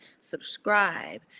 subscribe